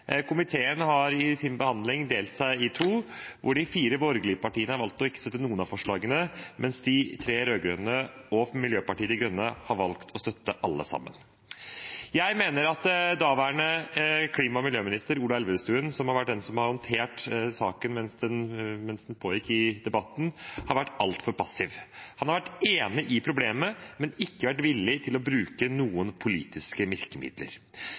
Komiteen har i sin behandling delt seg i to. De fire borgerlige partiene har valgt å ikke støtte noen av forslagene, mens de tre rød-grønne partiene og Miljøpartiet De Grønne har valgt å støtte alle sammen. Jeg mener at daværende klima- og miljøminister Ola Elvestuen, som har vært den som har håndtert saken mens den pågikk i debatten, har vært altfor passiv. Han har vært enig i problemet, men ikke vært villig til å bruke noen politiske virkemidler.